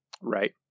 Right